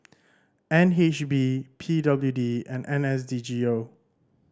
N H B P W D and N S D G O